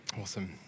Awesome